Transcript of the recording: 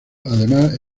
además